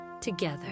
together